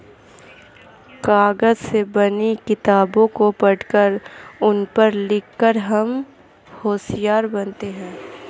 कागज से बनी किताबों को पढ़कर उन पर लिख कर हम होशियार बनते हैं